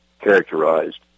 characterized